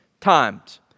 times